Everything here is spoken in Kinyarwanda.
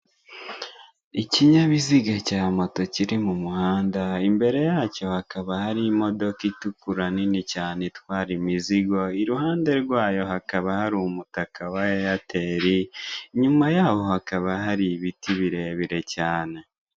Ikinyabiziga cya moto kiri mu muhanda, imbere yacyo hakaba hari imodoka itukura nini cyane itwara imizigo, iruhande rwayo hakaba hari umutaka wa eyateli, inyuma yawo hakaba hari ibiti birebire cyane.